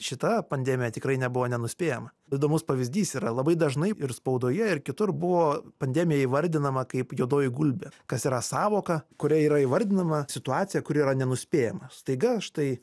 šita pandemija tikrai nebuvo nenuspėjama įdomus pavyzdys yra labai dažnai ir spaudoje ir kitur buvo pandemija įvardinama kaip juodoji gulbė kas yra sąvoka kuria yra įvardinama situacija kuri yra nenuspėjama staiga štai